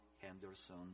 Henderson